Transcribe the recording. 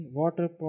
water